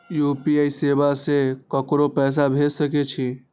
UPI सेवा से ककरो पैसा भेज सके छी?